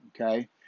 Okay